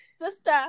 sister